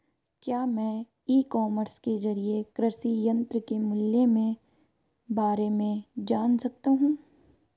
क्या मैं e commerce के ज़रिए कृषि यंत्र के मूल्य में बारे में जान सकता हूँ?